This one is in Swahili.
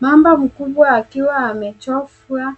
Mamba mkubwa amechofwa